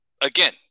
again